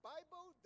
Bible